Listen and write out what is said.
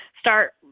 start